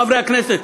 חברי הכנסת,